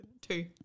Two